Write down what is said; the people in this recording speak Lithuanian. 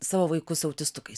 savo vaikus autistukais